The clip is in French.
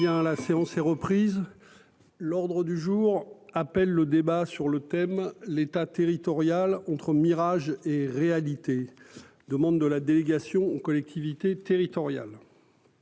La séance est reprise. L'ordre du jour appelle le débat sur le thème l'État territorial entre Mirages et réalités de membres de la délégation aux collectivités territoriales.